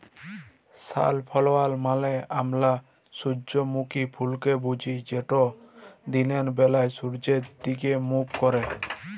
sunflower মালে আমরা সূজ্জমুখী ফুলকে বুঝি যেট দিলের ব্যালায় সূয্যের দিগে মুখ ক্যারে